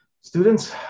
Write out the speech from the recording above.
students